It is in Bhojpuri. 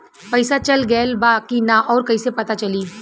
पइसा चल गेलऽ बा कि न और कइसे पता चलि?